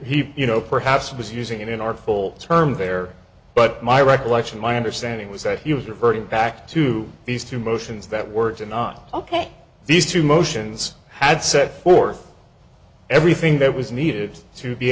he you know perhaps he was using it in our full term there but my recollection my understanding was that he was reverting back to these two motions that words are not ok these two motions had set forth everything that was needed to be